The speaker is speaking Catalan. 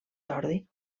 jordi